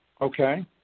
Okay